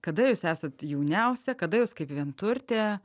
kada jūs esat jauniausia kada jūs kaip vienturtė